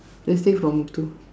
just take from Muthu